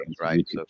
right